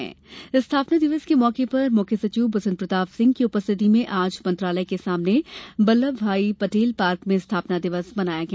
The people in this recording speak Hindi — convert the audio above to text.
मध्यप्रदेश स्थापना दिवस स्थापना दिवस के मौके पर मुख्य सचिव बसंत प्रताप सिंह की उपस्थिति में आज मंत्रालय के सामने वल्लभ भाई पटेल पार्क में स्थापना दिवस मनाया गया